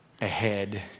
ahead